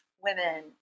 women